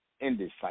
indecisive